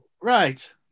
Right